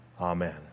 Amen